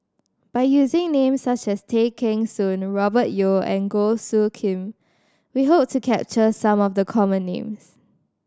by using names such as Tay Kheng Soon Robert Yeo and Goh Soo Khim we hope to capture some of the common names